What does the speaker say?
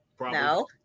No